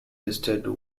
listed